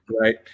Right